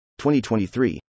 2023